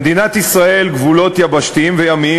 למדינת ישראל גבולות יבשתיים וימיים